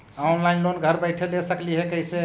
Online loan घर बैठे ले सकली हे, कैसे?